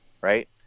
right